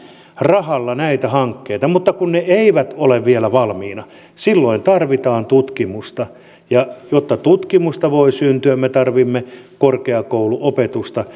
rahalla näitä hankkeita mutta kun ne eivät ole vielä valmiina silloin tarvitaan tutkimusta ja jotta tutkimusta voi syntyä me tarvitsemme korkeakouluopetusta